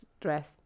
dress